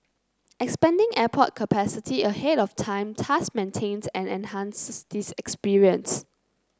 expanding airport capacity ahead of time thus maintains and enhances this experience